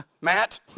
Matt